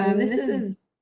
and this is,